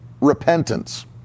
repentance